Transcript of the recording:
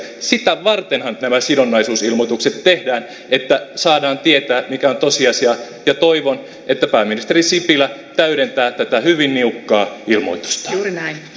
sitä vartenhan nämä sidonnaisuusilmoitukset tehdään että saadaan tietää mikä on tosiasia ja toivon että pääministeri sipilä täydentää tätä hyvin niukkaa ilmoitustaan